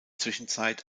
zwischenzeit